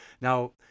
now